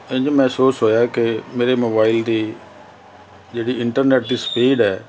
ਇੰਜ ਮਹਿਸੂਸ ਹੋਇਆ ਕਿ ਮੇਰੇ ਮੋਬਾਈਲ ਦੀ ਜਿਹੜੀ ਇੰਟਰਨੈਟ ਦੀ ਸਪੀਡ ਹੈ